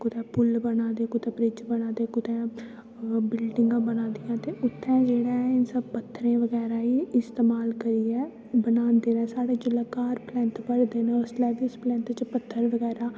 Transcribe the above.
कुतै पुल बना दे कुतै ब्रिज बना दे कुतै बिल्डिंगां बना दियां ते उत्थै जेह्ड़ा ऐ इन सब्भ पत्थरें बगैरा गी इस्तेमाल करियै बनांदे न साढ़े जेल्लै घर पलैंथ भरदे न उसलै बी उस पलैंथ च पत्थर बगैरा